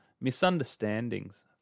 misunderstandings